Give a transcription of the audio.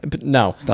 No